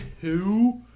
two